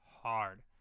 hard